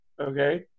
okay